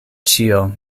ĉio